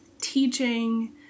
teaching